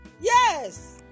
Yes